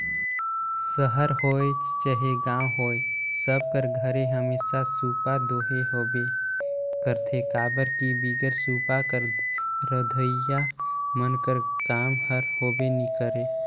सहर होए चहे गाँव होए सब कर घरे हमेसा सूपा दो होबे करथे काबर कि बिगर सूपा कर रधोइया मन कर काम हर होबे नी करे